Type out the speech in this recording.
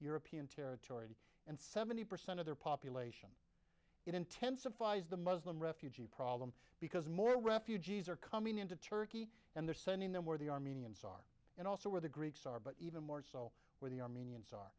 european territory and seventy percent of their population it intensifies the muslim refugee problem because more refugees are coming into turkey and they're sending them where the armenians are and also where the greeks are but even more so for the armenian